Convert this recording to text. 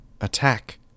Attack